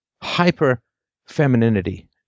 hyper-femininity